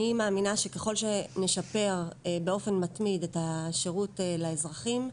אני מאמינה שככל שנשפר באופן מתמיד את השירות לאזרחים,